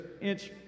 inch